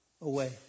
away